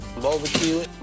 Barbecue